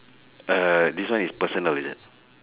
uh this one is personal is it